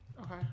Okay